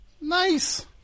Nice